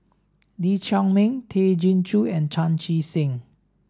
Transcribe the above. Lee Chiaw Meng Tay Chin Joo and Chan Chee Seng